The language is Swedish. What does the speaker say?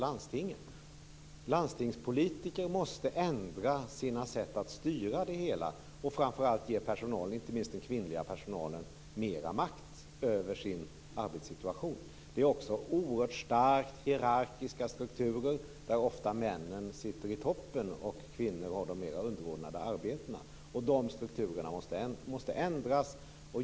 Landstingspolitiker måste ändra sina sätt att styra verksamheten och framför allt ge personalen, inte minst den kvinnliga, mera makt över den egna arbetssituationen. Man har också oerhört starkt hierarkiska strukturer, där männen ofta sitter i toppen och kvinnorna har de mera underordnade arbetena. De strukturerna måste ändras.